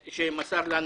יתייחסו.